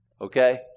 Okay